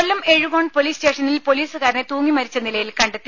കൊല്ലം Ezhukone police സ്റ്റേഷനിൽ പൊലീസുകാരനെ തൂങ്ങിമരിച്ച നിലയിൽ കണ്ടെത്തി